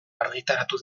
argitaratu